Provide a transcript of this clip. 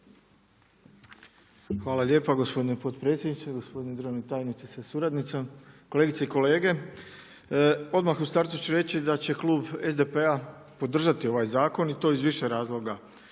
Hvala lijepa gospodine potpredsjedniče. Gospodine državni tajniče sa suradnicom, kolegice i kolege. Odmah u startu ću reći da će klub SDP-a podržati ovaj zakon i to iz više razloga,